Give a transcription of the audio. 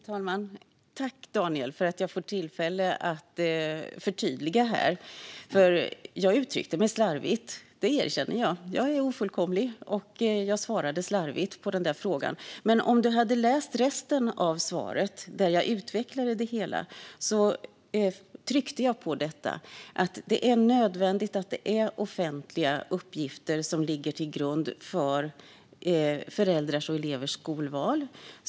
Fru talman! Tack, Daniel, för att jag får tillfälle att förtydliga detta. Jag uttryckte mig slarvigt. Det erkänner jag. Jag är ofullkomlig, och jag svarade slarvigt på frågan. Men om du hade läst resten av svaret, där jag utvecklade det hela, hade du sett att jag tryckte på att det är nödvändigt med offentliga uppgifter som ligger till grund för föräldrars och elevers skolval.